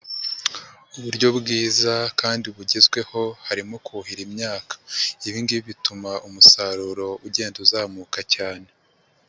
Uburyo bwiza kandi bugezweho harimo kuhira imyaka, ibi ngibi bituma umusaruro ugenda uzamuka cyane.